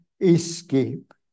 escape